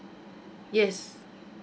yes